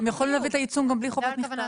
הם יכולים לתת את העיצום גם בלי חובת מכתב.